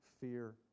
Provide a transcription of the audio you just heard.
fear